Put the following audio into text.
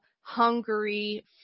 Hungary